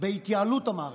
בהתייעלות המערכת,